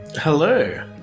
hello